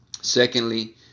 Secondly